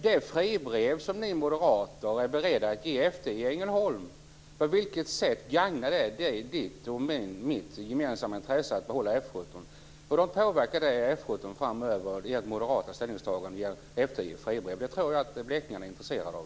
Det fribrev som ni moderater är beredda att ge F 10 i Ängelholm, på vilket sätt gagnar det Jeppe Johnsson och mitt gemensamma intresse att behålla F 17? Hur påverkar det moderata ställningstagandet att ge F 10 fribrev F 17 framöver? Det tror jag att blekingarna är intresserade av.